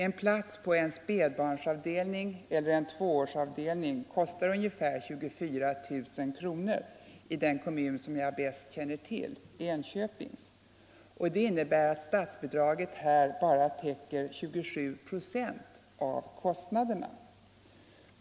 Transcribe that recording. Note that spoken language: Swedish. En plats på en spädbarnsavdelning eller på en tvåårsavdelning kostar ungefär 24 000 kronor i den kommun som jag bäst känner till, Enköpings kommun. Det innebär att statsbidraget bara täcker 27 procent av kostnaderna.